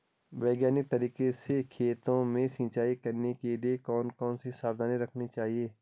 वैज्ञानिक तरीके से खेतों में सिंचाई करने के लिए कौन कौन सी सावधानी रखनी चाहिए?